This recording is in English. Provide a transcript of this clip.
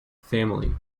family